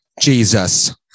Jesus